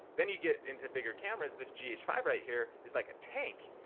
then you get into bigger cameras, this g h five right here is like a tank,